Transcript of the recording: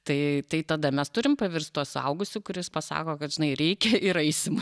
tai tai tada mes turim pavirst tuo suaugusiu kuris pasako kad žinai reikia ir aisim